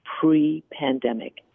pre-pandemic